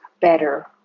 better